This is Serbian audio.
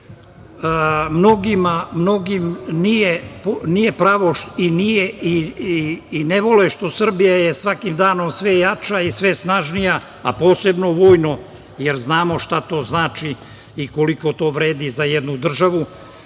mnogima nije pravo i ne vole što je Srbija svakim danom sve jača i sve snažnija, a posebno vojno, jer znamo šta to znači i koliko to vredi za jednu državu. Kada